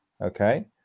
okay